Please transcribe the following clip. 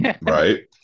Right